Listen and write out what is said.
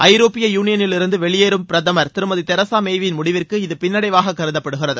ஐரோப்பிய யூனியலிருந்து வெளியேறும் பிரதமர் திருமதி தெரசா மேவின் முடிவிற்கு இத பின்னடைவாக கருதப்படுகிறது